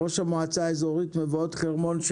ראש המועצה האזורית מבואות חרמון,